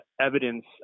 evidence